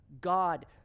God